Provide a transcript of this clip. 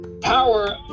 power